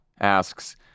asks